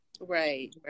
Right